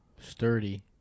Sturdy